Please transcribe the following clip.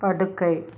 படுக்கை